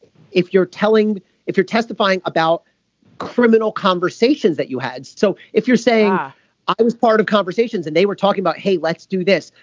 if you're telling if you're testifying about criminal conversations that you had. so if you're saying yeah i was part of conversations and they were talking about hey let's do this.